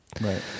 Right